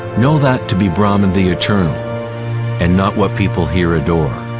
know that to be brahma the eternal and not what people here adore.